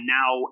now